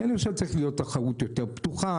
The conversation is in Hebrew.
כי אני חושב שצריכה להיות תחרות יותר פתוחה,